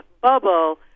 bubble